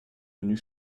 venus